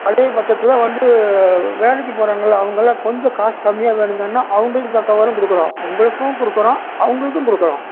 அதேபட்சத்தில் வந்து வேலைக்கு போகறாங்கள்ல அவங்கள்லாம் கொஞ்சம் காசு கம்மி வேணுன்னு சொன்னால் அவங்களுக்கு தக்கவாறும் கொடுக்குறோம் உங்களுக்கும் கொடுக்குறோம் அவங்களுக்கும் கொடுக்குறோம்